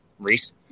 Reese